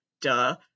duh